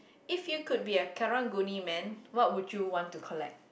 if you could be a Karang-Guni man what would you want to collect